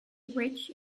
rich